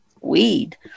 weed